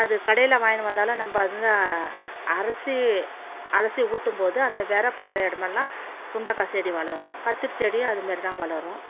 அது கடையில் வாய்கின்னு வந்தாலும் நம்ப அதுதான் அலசி அலசி ஊற்றும்போது அந்த வெதை படுற எடமெல்லாம் சுண்டக்காய் செடி வளரும் கத்திரி செடியும் அது மாரிதான் வளரும்